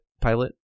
pilot